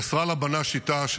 נסראללה בנה שיטה,